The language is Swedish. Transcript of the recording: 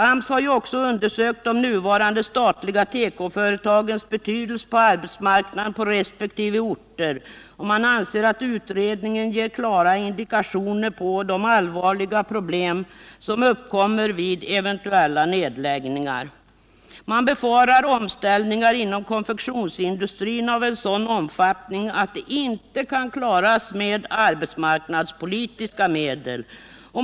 AMS har undersökt de nuvarande statliga tekoföretagens betydelse på arbetsmarknaden på resp. orter och anser att utredningen ger klara indikationer på de allvarliga problem som uppkommer vid eventuell nedläggning. Man befarar omställningar inom konfektionsindustrin av sådan omfattning att de inte kan klaras med arbetsmarknadspolitiska medel.